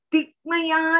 Tikmaya